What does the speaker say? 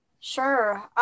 Sure